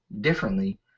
differently